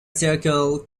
circle